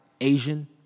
Asian